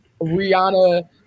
Rihanna